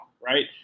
right